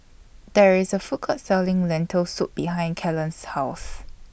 There IS A Food Court Selling Lentil Soup behind Kalen's House